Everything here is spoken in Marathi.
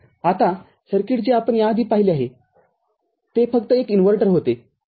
आतासर्किट जे आपण याआधी पाहिले आहे ते फक्त एक इन्व्हर्टर होते नाही का